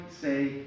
say